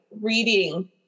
reading